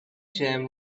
gem